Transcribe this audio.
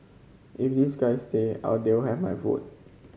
if these guy stay I'll have my food